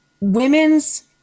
women's